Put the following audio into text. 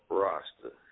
roster